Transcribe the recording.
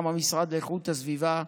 גם המשרד לאיכות הסביבה,